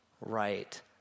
right